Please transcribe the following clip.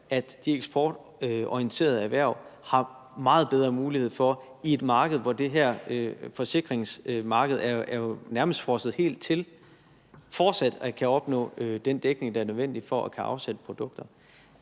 at de eksportorienterede erhverv har meget bedre mulighed for – på et tidspunkt, hvor det her forsikringsmarked nærmest er frosset helt til – fortsat at kunne opnå den dækning, der er nødvendig for at kunne afsætte produkter.